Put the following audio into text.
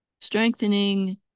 strengthening